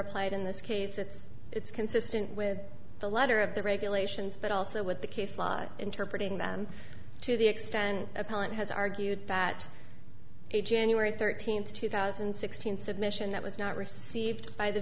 applied in this case it's it's consistent with the letter of the regulations but also with the case law interpretating them to the extent appellant has argued that a january thirteenth two thousand and sixteen submission that was not received by the